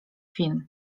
film